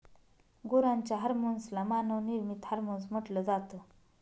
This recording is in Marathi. गुरांच्या हर्मोन्स ला मानव निर्मित हार्मोन्स म्हटल जात